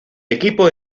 equipo